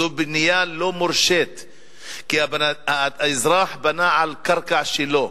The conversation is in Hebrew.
זו בנייה לא מורשית, כי האזרח בנה על קרקע שלו,